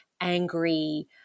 angry